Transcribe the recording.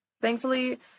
thankfully